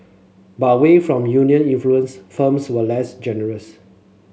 but away from union influence firms were less generous